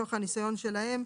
מתוך הניסיון שלהם,